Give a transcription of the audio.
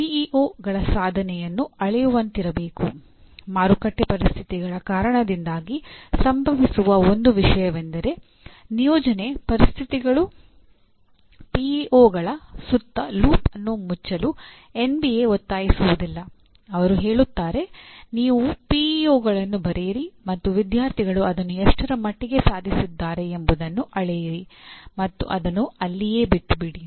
ಪಿಇಒಗಳ ಬರೆಯಿರಿ ಮತ್ತು ವಿದ್ಯಾರ್ಥಿಗಳು ಅದನ್ನು ಎಷ್ಟರ ಮಟ್ಟಿಗೆ ಸಾಧಿಸಿದ್ದಾರೆ ಎಂಬುದನ್ನು ಅಳೆಯಿರಿ ಮತ್ತು ಅದನ್ನು ಅಲ್ಲಿಯೇ ಬಿಟ್ಟುಬಿಡಿ